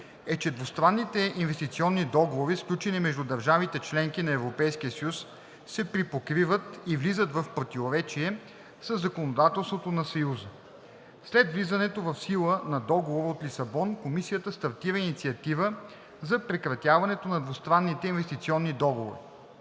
е, че двустранните инвестиционни договори, сключени между държавите – членки на Европейския съюз, се припокриват и влизат в противоречие със законодателството на Съюза. След влизането в сила на Договора от Лисабон Комисията стартира инициатива за прекратяването на двустранните инвестиционни договори.